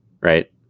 Right